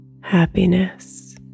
happiness